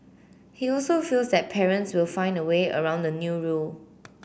he also feels that parents will find a way around the new rule